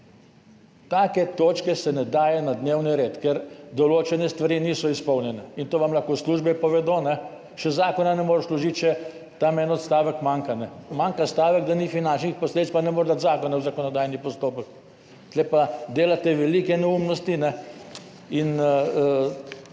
Take točke se ne daje na dnevni red, ker določene stvari niso izpolnjene in to vam lahko službe povedo. Še zakona ne moreš vložiti. Še tam en odstavek manjka stavek, da ni finančnih posledic, pa ne more dati zakona v zakonodajni postopek. Tu pa delate velike neumnosti in